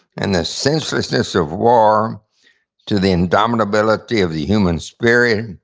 and the senselessness of war to the indomitability of the human spirit,